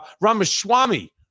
Ramaswamy